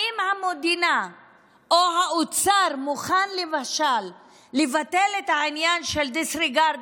האם המדינה או האוצר מוכן למשל לבטל את העניין של הדיסרגרד